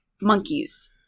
monkeys